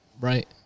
Right